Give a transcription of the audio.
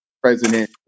president